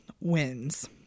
wins